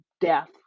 death